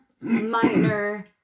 minor